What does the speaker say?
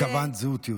התכוונת זהות יהודית.